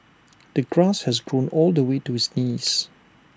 the grass had grown all the way to his knees